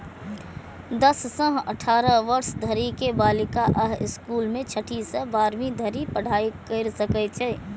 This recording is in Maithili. दस सं अठारह वर्ष धरि के बालिका अय स्कूल मे छठी सं बारहवीं धरि पढ़ाइ कैर सकै छै